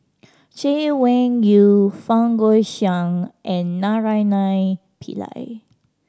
Chay Weng Yew Fang Guixiang and Naraina Pillai